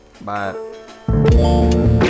Bye